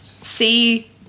see